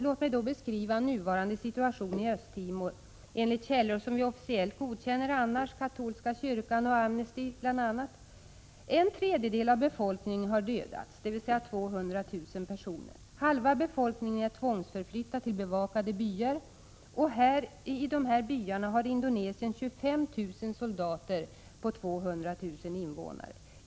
Låt mig då beskriva nuvarande situation i Östtimor, enligt källor som vi officiellt godkänner annars — bl.a. katolska kyrkan och Amnesty. En tredjedel av befolkningen, dvs. 200 000 personer, har dödats. Halva befolkningen är tvångsförflyttad till bevakade byar. Där har Indonesien 25 000 soldater på 200 000 invånare.